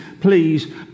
please